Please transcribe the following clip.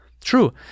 True